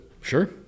Sure